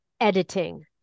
editing